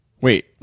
Wait